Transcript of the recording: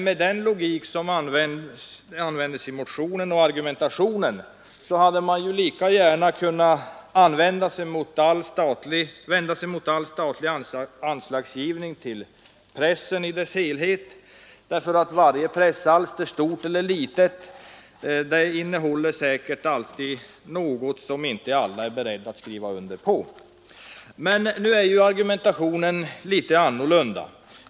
Med den logik som användes i motionen och argumentationen hade man lika gärna kunnat vända sig mot all statlig anslagsgivning till pressen i dess helhet. Varje pressalster, stort eller litet, innehåller säkert alltid något som inte alla är beredda att skriva under. Men i år är argumentationen en annan.